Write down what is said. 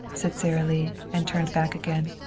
said sara lee, and turned back again.